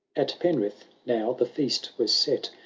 at penrith, now, the feast was set.